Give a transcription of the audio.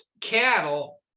cattle